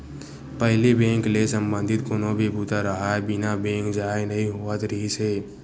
पहिली बेंक ले संबंधित कोनो भी बूता राहय बिना बेंक जाए नइ होवत रिहिस हे